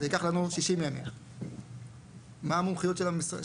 זה ייקח לנו 60 ימים.״ מה המומחיות של המשרד?